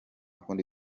kundi